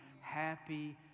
happy